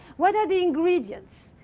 what are the ingredients?